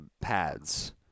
pads